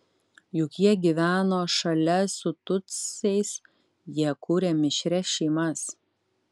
juk jie gyveno šalia su tutsiais jie kūrė mišrias šeimas